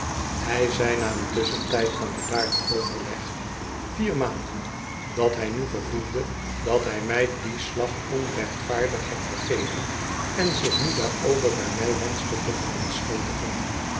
hij zei na een tusschontijd van bedaard overleg vier maanden dat hij nu gevoelde dat hij mij dien slag onrechtvaardig had gegeven en zich nu daarover bij mij wenschte te verontschuldigen